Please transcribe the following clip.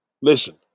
Listen